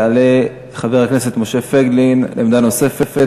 יעלה חבר הכנסת משה פייגלין לעמדה נוספת.